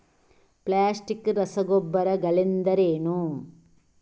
Plastic ರಸಗೊಬ್ಬರಗಳೆಂದರೇನು?